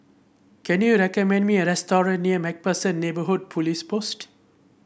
can you recommend me a restaurant near MacPherson Neighbourhood Police Post